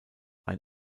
ein